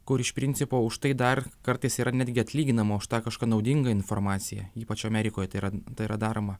kur iš principo už tai dar kartais yra netgi atlyginama už tą kažką naudingą informaciją ypač amerikoje tai yra tai yra daroma